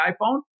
iPhone